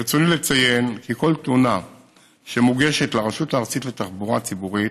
ברצוני לציין כי כל תלונה שמוגשת לרשות הארצית לתחבורה ציבורית